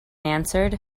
answered